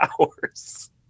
hours